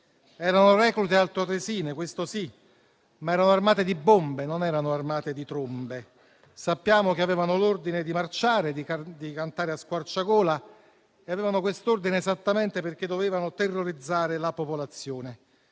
erano reclute altoatesine - questo sì - ma erano armate di bombe, non erano armate di trombe, e sappiamo che avevano l'ordine di marciare, di cantare a squarciagola e avevano quest'ordine esattamente perché dovevano terrorizzare la popolazione.